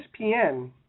ESPN